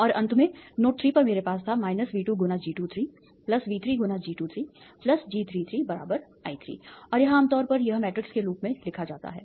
और अंत में नोड 3 पर मेरे पास था V2 × G23 V3 × G23 G33 I3 और यह आमतौर पर एक मैट्रिक्स रूप में लिखा जाता है